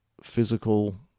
physical